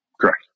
Correct